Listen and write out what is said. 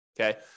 Okay